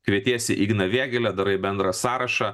kvietiesi igną vėgėlę darai bendrą sąrašą